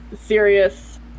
serious